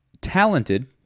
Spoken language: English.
talented